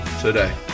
today